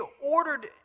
ordered